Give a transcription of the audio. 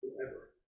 Whoever